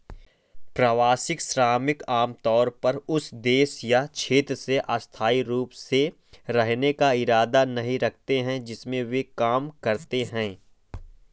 प्रवासी श्रमिक आमतौर पर उस देश या क्षेत्र में स्थायी रूप से रहने का इरादा नहीं रखते हैं जिसमें वे काम करते हैं